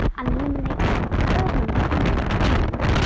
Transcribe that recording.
and eliminate every third number from those remaining.